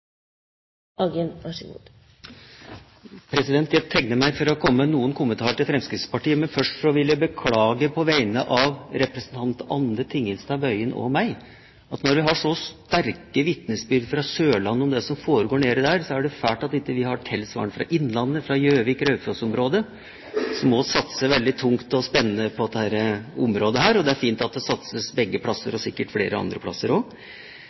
Jeg tegnet meg for å komme med noen kommentarer til Fremskrittspartiet. Først vil jeg beklage, på vegne av representanten Anne Tingelstad Wøien og meg selv, at når man har så sterke vitnesbyrd fra Sørlandet om det som foregår der nede, er det fælt at vi ikke har tilsvarende fra innlandet, fra Gjøvik–Raufoss-området, som også satser veldig tungt og spennende på dette området. Det er fint at det satses begge plasser – og sikkert flere andre plasser også. Så litt til Fremskrittspartiet, og